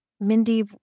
Mindy